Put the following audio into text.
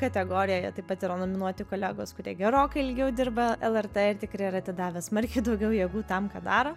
kategorijoje taip pat yra nominuoti kolegos kurie gerokai ilgiau dirba lrt ir tikrai yra atidavę smarkiai daugiau jėgų tam ką daro